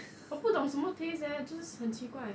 我不懂什么 taste leh 就是很奇怪